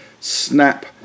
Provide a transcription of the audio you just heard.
Snap